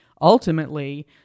ultimately